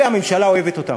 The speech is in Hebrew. אלה, הממשלה אוהבת אותם,